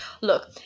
look